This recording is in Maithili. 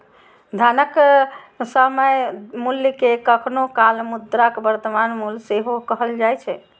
धनक समय मूल्य कें कखनो काल मुद्राक वर्तमान मूल्य सेहो कहल जाए छै